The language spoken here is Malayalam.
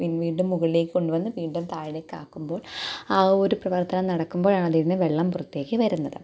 പിൻ വീണ്ടും മുകളിലേക്ക് കൊണ്ടുവന്ന് വീണ്ടും താഴേക്ക് ആക്കുമ്പോൾ ആ ഒരു പ്രവർത്തനം നടക്കുമ്പോഴാണ് അതീന്ന് വെള്ളം പുറത്തേയ്ക്ക് വരുന്നത്